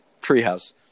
treehouse